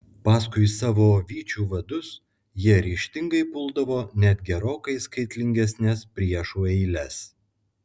paskui savo vyčių vadus jie ryžtingai puldavo net gerokai skaitlingesnes priešų eiles